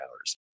hours